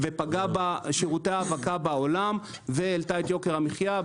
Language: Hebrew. ופגעה בשירותי ההאבקה בעולם והעלתה את יוקר המחיה.